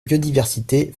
biodiversité